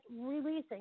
releasing